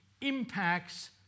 impacts